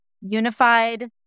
unified